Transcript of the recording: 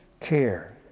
care